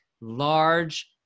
large